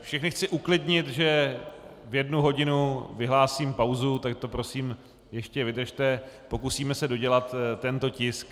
Všechny chci uklidnit, že v jednu hodinu vyhlásím pauzu, tak to prosím ještě vydržte, pokusíme se dodělat tento tisk.